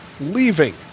leaving